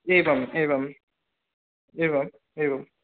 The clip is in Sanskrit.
एवम् एवम् एवम् एवं